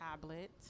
tablet